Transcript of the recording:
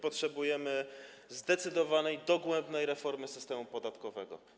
Potrzebujemy zdecydowanej, dogłębnej reformy systemu podatkowego.